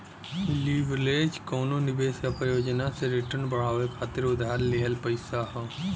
leverage कउनो निवेश या परियोजना से रिटर्न बढ़ावे खातिर उधार लिहल पइसा हौ